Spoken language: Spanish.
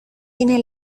tiene